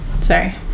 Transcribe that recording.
Sorry